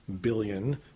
billion